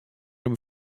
him